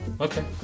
Okay